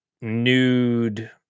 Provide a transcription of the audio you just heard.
nude